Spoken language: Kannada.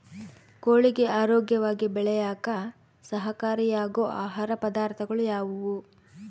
ಕೋಳಿಗೆ ಆರೋಗ್ಯವಾಗಿ ಬೆಳೆಯಾಕ ಸಹಕಾರಿಯಾಗೋ ಆಹಾರ ಪದಾರ್ಥಗಳು ಯಾವುವು?